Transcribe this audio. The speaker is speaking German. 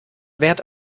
wert